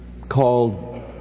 called